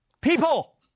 People